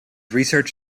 research